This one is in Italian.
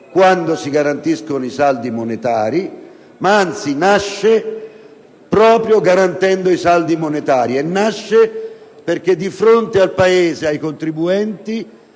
quando si garantiscono i saldi monetari, ma anzi nasce proprio garantendo i saldi monetari, e nasce perché di fronte al Paese e ai contribuenti